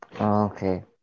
Okay